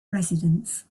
residence